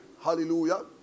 Hallelujah